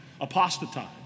Apostatize